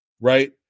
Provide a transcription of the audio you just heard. right